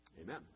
amen